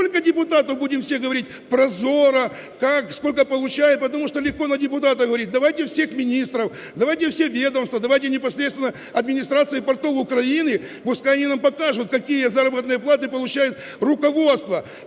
только депутату будем все говорить прозоро, как сколько получает. Потому что легко на депутатах говорить, давайте всех министров, давайте все ведомства, давайте непосредственно Администрации портов Украины, пускай они нам покажут, какие заработные платы получает руководство.